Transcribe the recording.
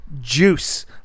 juice